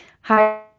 Hi